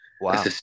Wow